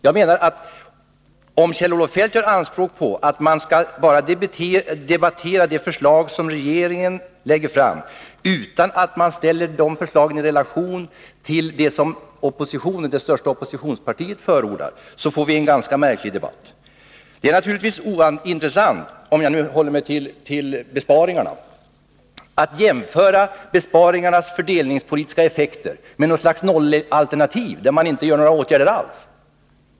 Jag menar att om Kjell-Olof Feldt gör anspråk på att vi bara skall debattera de förslag som regeringen lägger fram, utan att ställa förslagen i relation till det som det största oppositionspartiet förordar, så får vi en ganska märklig debatt. Det är naturligtvis ointressant — om jag nu håller mig till besparingarna — att jämföra besparingarnas fördelningspolitiska effekter med något slags nollalternativ, där man inte vidtar några åtgärder alls.